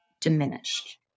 diminished